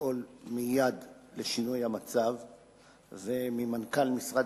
לפעול מייד לשינוי המצב וממנכ"ל משרד